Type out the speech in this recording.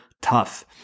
tough